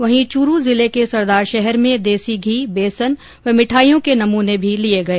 वहीं चूरू जिले के सरदारशहर में देसी घी बेसन व भिठाइयों के नमने लिए गए